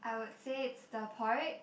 I would say it's the porridge